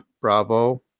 Bravo